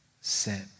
sin